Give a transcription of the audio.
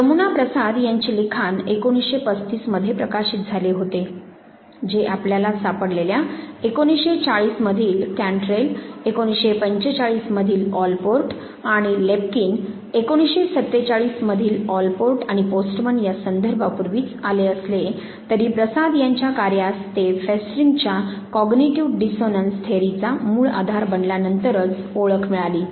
जमुना प्रसाद यांचे लिखाण 1935 मध्ये प्रकाशित झाले होते जे आपल्याला सापडलेल्या 1940 मधील कॅन्ट्रेल 1945 मधील ऑलपोर्ट आणि लेपकिन 1947 मधील ऑलपोर्ट आणि पोस्टमन या संदर्भांपूर्वीच आले असले तरी प्रसाद यांच्या कार्यास ते फेस्टिंगरच्या कोग्निटीव्ह डिस्सोनन्स थेअरी'चा Festingers cognitive dissonance theory मुळ आधार बनल्या नंतरच ओळख मिळाली